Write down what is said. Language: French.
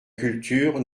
culture